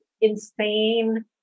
insane